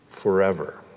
forever